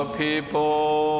people